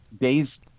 days